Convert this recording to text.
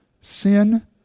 Sin